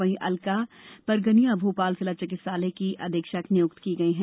वहीं अलका परगनिया भोपाल जिला चिंकित्सालय की अधीक्षक नियुक्त की गई हैं